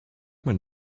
mein